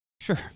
Sure